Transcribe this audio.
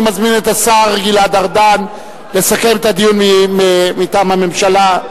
אני מזמין את השר גלעד ארדן לסכם את הדיון מטעם הממשלה.